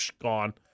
gone